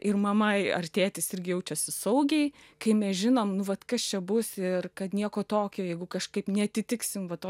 ir mama ar tėtis irgi jaučiasi saugiai kai nežinom nu vat kas čia bus ir kad nieko tokio jeigu kažkaip neatitiksim va to